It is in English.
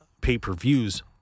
pay-per-views